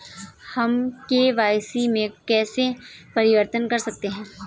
हम के.वाई.सी में कैसे परिवर्तन कर सकते हैं?